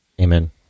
amen